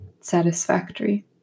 satisfactory